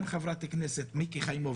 גם חברת הכנסת מיקי חיימוביץ',